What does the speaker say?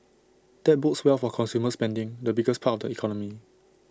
that bodes well for consumer spending the biggest part of the economy